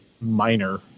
minor